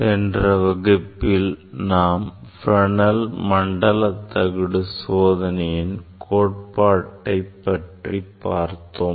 சென்ற வகுப்பில் நாம் Fresnel மண்டல தகடு சோதனையின் கோட்பாட்டை பற்றி பார்த்தோம்